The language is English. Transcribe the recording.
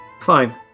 Fine